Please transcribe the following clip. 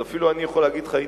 אז אפילו אני יכול להגיד לך פה,